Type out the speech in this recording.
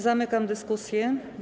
Zamykam dyskusję.